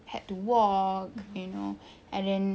had to walk you know and then